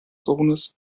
sohnes